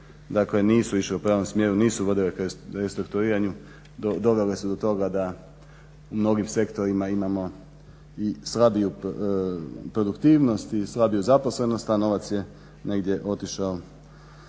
dakle nisu išle u pravom smjeru, nisu vodile restrukturiranju. Dovele su do toga da u mnogim sektorima imamo i slabiju produktivnost i slabiju zaposlenost a novac je negdje otišao